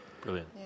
Brilliant